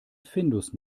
findus